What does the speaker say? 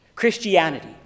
Christianity